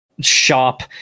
shop